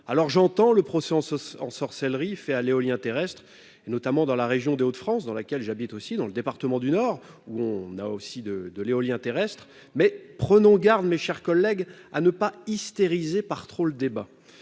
alors j'entends le procès en sorcellerie fait à l'éolien terrestre et notamment dans la région des Hauts-de-France dans laquelle j'habite aussi dans le département du Nord, où on a aussi de de l'éolien terrestre mais prenons garde mes chers collègues, à ne pas hystérisée par trop le débat,